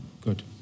good